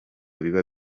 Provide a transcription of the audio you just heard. biba